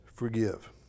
forgive